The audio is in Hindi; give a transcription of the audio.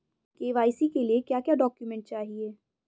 के.वाई.सी के लिए क्या क्या डॉक्यूमेंट चाहिए?